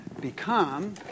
become